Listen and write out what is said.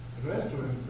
restaurant.